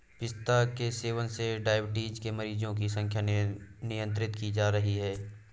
पिस्ता के सेवन से डाइबिटीज के मरीजों की संख्या नियंत्रित की जा रही है